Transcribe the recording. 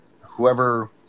whoever